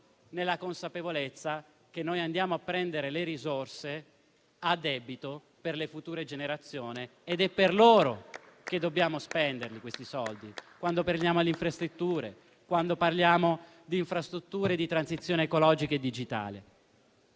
nella consapevolezza che andiamo a prendere le risorse a debito per le future generazioni ed è per loro che dobbiamo spendere questi soldi, quando parliamo infrastrutture e di transizione ecologica e digitale.